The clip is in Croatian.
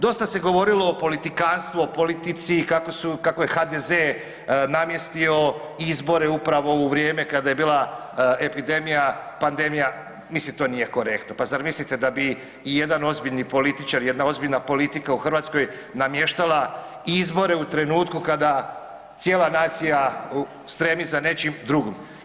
Dosta se govorilo o politikanstvu, o politici, kako je HDZ namjestio izbore upravo u vrijeme kada je bila epidemija, pandemija, mislim, to nije korektno, pa zar mislite da bi ijedan ozbiljni političar, jedna ozbiljna politika u Hrvatskoj namještala izbore u trenutku kada cijela nacija stremi za nečim drugim?